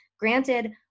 Granted